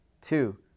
two